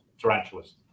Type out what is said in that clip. tarantulas